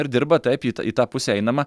ir dirba taip it į tą pusę einama